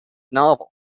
novel